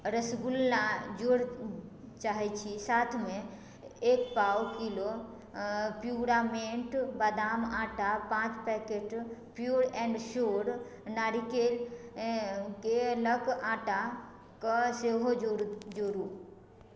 रसगुल्ला जोड़ऽ चाहैत छी साथमे एक पाव किलो प्यूरामेन्ट बादाम आटा पाँच पैकेट प्योर एन्ड स्योर नारीकेल केलक आटा कऽ सेहो जोड़ जोड़ू